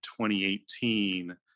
2018